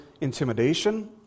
intimidation